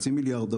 חצי מיליארד,